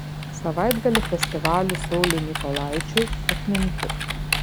savaitgalį festivalis sauliui mykolaičiui atminti